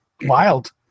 wild